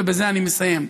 ובזה אני מסיים,